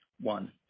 one